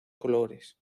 colores